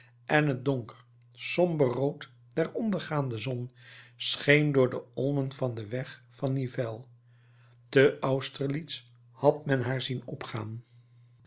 en het donker somber rood der ondergaande zon scheen door de olmen van den weg van nivelles te austerlitz had men haar zien opgaan